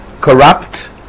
corrupt